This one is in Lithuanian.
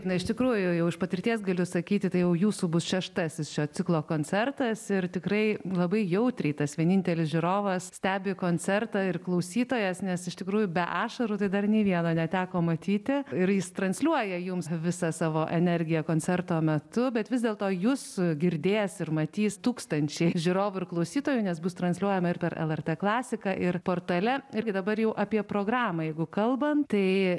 na iš tikrųjų jau iš patirties galiu sakyti tai jau jūsų bus šeštasis šio ciklo koncertas ir tikrai labai jautriai tas vienintelis žiūrovas stebi koncertą ir klausytojas nes iš tikrųjų be ašarų tai dar nei vieno neteko matyti ir jis transliuoja jums visą savo energiją koncerto metu bet vis dėlto jus girdės ir matys tūkstančiai žiūrovų ir klausytojų nes bus transliuojama ir per lrt klasiką ir portale irgi dabar jau apie programą jeigu kalbant tai